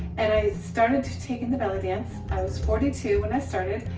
and i started to take and the belly dance. i was forty two when i started.